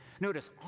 Notice